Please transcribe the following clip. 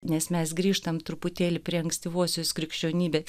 nes mes grįžtam truputėlį prie ankstyvosios krikščionybės